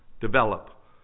develop